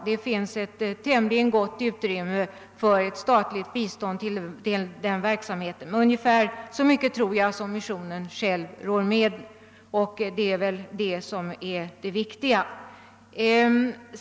Det finns ett tämligen gott utrymme för ett statligt bistånd till dess verksamhet, och detta täcker ungefär så mycket som missionen själv orkar med, vilket väl är det viktiga.